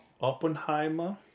Oppenheimer